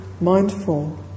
mindful